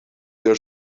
their